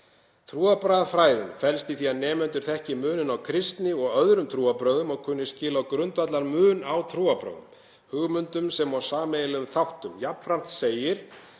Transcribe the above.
Trúarbragðafræðin felst í því að nemendur þekki muninn á kristni og öðrum trúarbrögðum og kunni skil á grundvallarmun á trúarbrögðum, hugmyndum sem og sameiginlegum þáttum. Jafnframt segir: